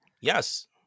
Yes